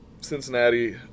Cincinnati